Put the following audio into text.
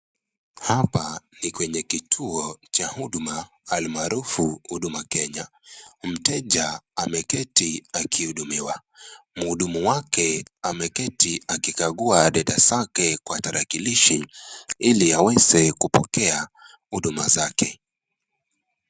Hapa Ni kwenye kituo cha huduma ali maarufu huduma kenya, mteja ameketi akihudumiwa ,muhudumu wake ameketi akikagua data zake kwa tarakilishi, ili aweze kupokea huduma zake.